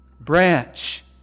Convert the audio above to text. branch